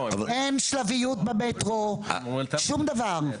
אין שלביות במטרו, שום דבר.